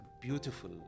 beautiful